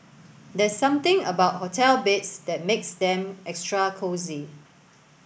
there's something about hotel beds that makes them extra cosy